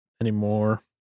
anymore